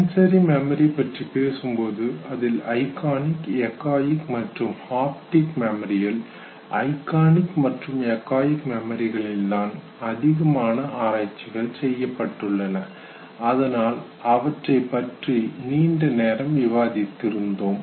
sensory memory பற்றி பேசும்போது அதில் ஐகானிக் எக்கோயிக் மற்றும் ஹாப்டிக் மெமரியில் ஐகானிக் மற்றும் எக்கோயிக் மெமரிகளில் தான் அதிகமான ஆராய்ச்சிகள் செய்யப்பட்டுள்ளன அதனால் அவற்றைப் பற்றி நீண்ட நேரம் விவாதித்து இருந்தோம்